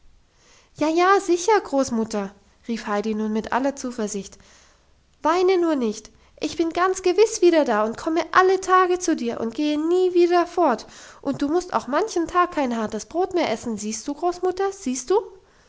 ja ja sicher großmutter rief heidi nun mit aller zuversicht weine nur nicht ich bin ganz gewiss wieder da und komme alle tage zu dir und gehe nie wieder fort und du musst auch manchen tag kein hartes brot mehr essen siehst du großmutter siehst du